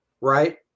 Right